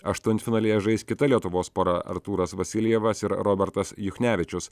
aštuntfinalyje žais kita lietuvos pora artūras vasiljevas ir robertas juchnevičius